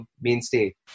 mainstay